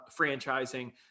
franchising